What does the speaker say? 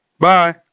Bye